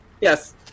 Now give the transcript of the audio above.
Yes